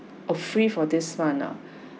uh free for this [one] ah